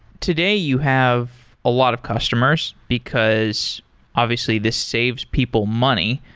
today you have a lot of customers, because obviously this saves people money.